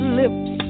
lips